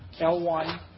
L1